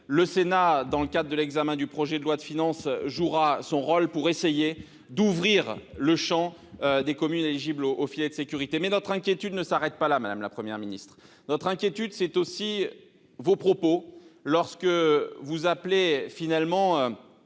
Le Sénat, dans le cadre de l'examen du projet de loi de finances, jouera son rôle pour essayer d'élargir le champ des communes éligibles au filet de sécurité. Notre inquiétude ne s'arrête pas là, madame la Première ministre. Nous sommes aussi inquiets de vos propos lorsque vous appelez, finalement,